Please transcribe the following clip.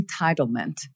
entitlement